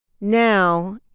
Now